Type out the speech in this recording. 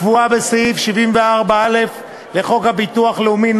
הקבועה בסעיף 74א לחוק הביטוח הלאומי ,